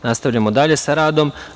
Nastavljamo dalje sa radom.